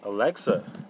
Alexa